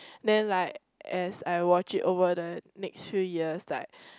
then like as I watched it over the next few years like